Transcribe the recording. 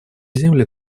земли